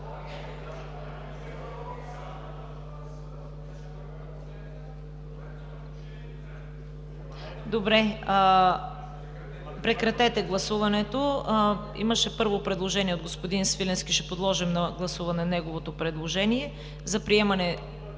Добре, прекратете гласуването. Имаше първо предложение от господин Свиленски, ще подложим на гласуване неговото предложение за приемане